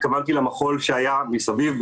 התכוונתי למחול שהיה מסביב,